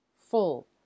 full